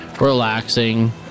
relaxing